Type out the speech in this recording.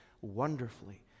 wonderfully